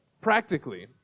practically